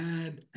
add